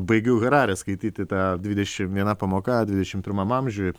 baigiau hararę skaityti tą dvidešim viena pamoka dvidešim pirmam amžiuj